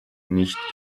nicht